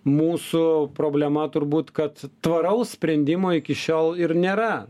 mūsų problema turbūt kad tvaraus sprendimo iki šiol ir nėra